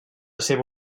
seva